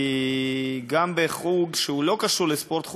כי גם בחוג שהוא לא קשור לספורט,